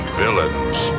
villains